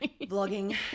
vlogging